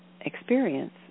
experience